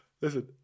Listen